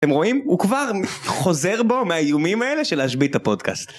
אתם רואים הוא כבר חוזר בו מהאיומים האלה של להשבית את הפודקאסט.